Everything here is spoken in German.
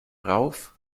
rauf